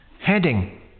Heading